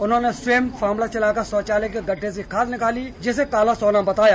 उन्होंने स्वयं फावड़ा चलाकर शौचालय के गड्ढे से खाद निकाली जिसे काला सोना बताया